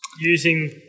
Using